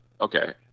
okay